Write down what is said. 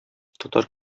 татар